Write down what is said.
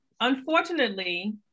Unfortunately